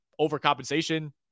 overcompensation